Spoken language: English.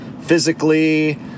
physically